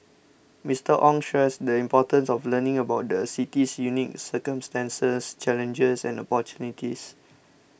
Mister Ong stressed the importance of learning about the city's unique circumstances challenges and opportunities